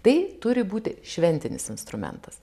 tai turi būti šventinis instrumentas